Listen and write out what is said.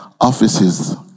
offices